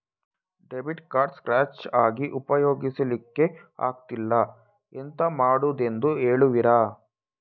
Debit card scratch ಆಗಿ ಉಪಯೋಗಿಸಲ್ಲಿಕ್ಕೆ ಆಗ್ತಿಲ್ಲ, ಎಂತ ಮಾಡುದೆಂದು ಹೇಳುವಿರಾ?